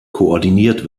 koordiniert